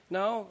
Now